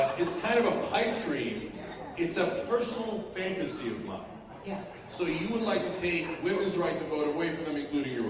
it's kinda kind of a pipe dream it's a personal fantasy of mine yeah so you would like to take women's right to vote away from them including